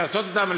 ולעשות אותן,